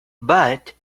but